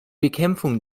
bekämpfung